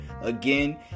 Again